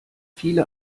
viele